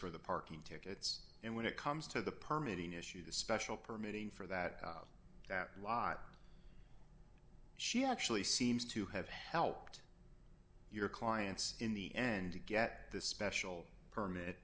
for the parking tickets and when it comes to the permitting issue the special permitting for that that lot she actually seems to have helped your clients in the end to get the special permit